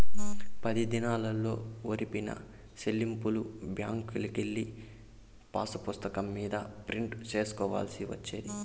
పది దినాల్లో జరిపిన సెల్లింపుల్ని బ్యాంకుకెళ్ళి పాసుపుస్తకం మీద ప్రింట్ సేసుకోవాల్సి వచ్చేది